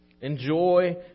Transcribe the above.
Enjoy